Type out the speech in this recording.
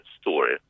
story